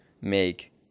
make